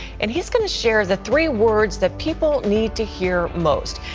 and he's going to share the three words that people need to hear most.